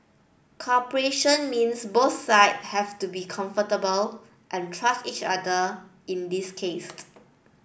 cooperation means both side have to be comfortable and trust each other in this case